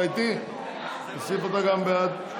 תוסיף גם אותה בעד.